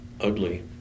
ugly